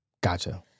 Gotcha